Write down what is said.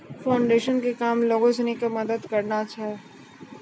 foundation के काम लोगो सिनी के मदत करनाय छै